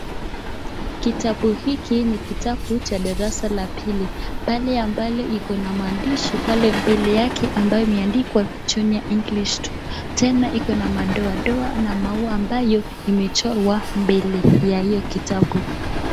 Kitabu hiki ni kitabu cha darasa la pili pale ambalo iko na maandishi pale mbele yake ambayo imeandikwa [junior English 2] tena iko na madoadoa na maua ambayo imechorwa mbele ya hiyo kitabu.